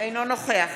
אינו נוכח